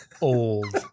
old